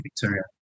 Victoria